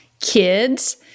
kids